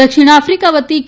દક્ષિણ આફિકા વતી કે